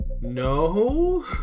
no